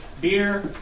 beer